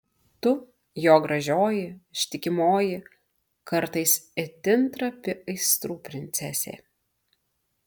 tu jo gražioji ištikimoji kartais itin trapi aistrų princesė